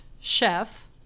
chef